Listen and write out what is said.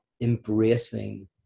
embracing